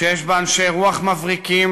שיש בה אנשי רוח מבריקים,